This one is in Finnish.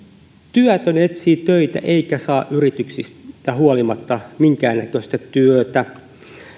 työtön etsii töitä eikä saa yrityksistä huolimatta minkäännäköistä työtä